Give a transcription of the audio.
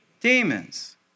Demons